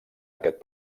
aquest